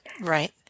right